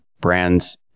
brands